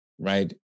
Right